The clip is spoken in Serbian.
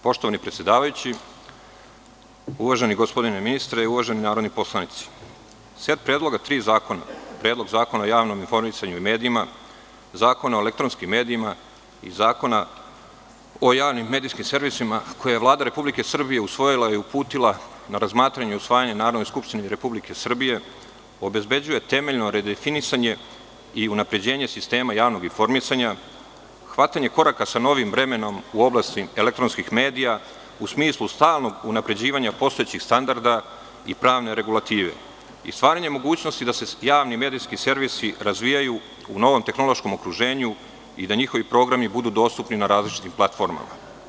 Poštovani predsedavajući, uvaženi gospodine ministre, uvaženi narodni poslanici, set predloga tri zakona, Predlog zakona o javnom informisanju i medijima, Zakona o elektronskim medijima i Zakona o javnim medijskim servisima, koje je Vlada Republike Srbije usvojila i uputila na razmatranje i usvajanje Narodnoj skupštini Republike Srbije, obezbeđuje temeljno redefinisanje i unapređenje sistema javnog informisanja, hvatanje koraka sa novim vremenom u oblasti elektronskih medija u smislu stalnog unapređivanja postojećih standarda i pravne regulative i stvaranje mogućnosti da se javni medijski servisi razvijaju u novom tehnološkom okruženju i da njihovi programi budu dostupni na različitim platformama.